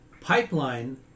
Pipeline